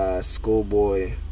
Schoolboy